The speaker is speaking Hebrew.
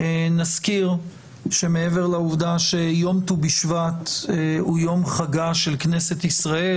נזכיר שמעבר לעובדה שיום ט"ו בשבט הוא יום חגה של כנסת ישראל,